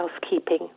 housekeeping